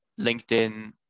LinkedIn